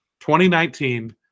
2019